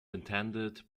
attended